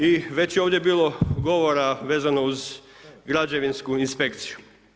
I već je ovdje bilo govora vezano uz građevinsku inspekciju.